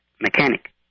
mechanic